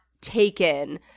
taken